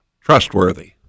Trustworthy